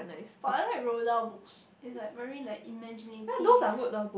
but I like roll down books is like very like imaginative